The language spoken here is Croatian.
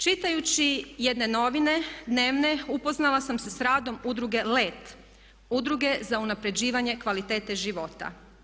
Čitajući jedne dnevne novine upoznala sam se s radom Udruge „LET“, udruge za unapređivanje kvalitete života.